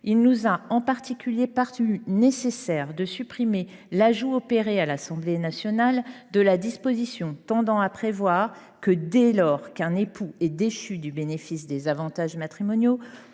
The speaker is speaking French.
Il nous a en particulier paru nécessaire de supprimer l’ajout opéré à l’Assemblée nationale de la disposition prévoyant que, dès lors qu’un époux est déchu du bénéfice des avantages matrimoniaux,